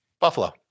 Buffalo